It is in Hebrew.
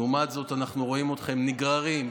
לעומת זאת אנחנו רואים אתכם נגררים,